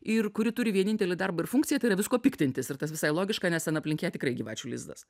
ir kuri turi vienintelį darbą ir funkciją tai yra viskuo piktintis ir tas visai logiška nes ten aplink ją tikrai gyvačių lizdas